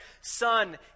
Son